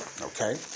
okay